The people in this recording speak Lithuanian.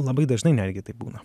labai dažnai netgi taip būna